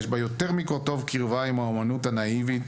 יש בה יותר מקורטוב קרבה עם האמנות הנאיבית